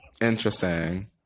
Interesting